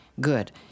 good